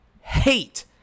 hate